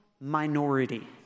minority